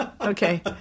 Okay